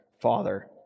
Father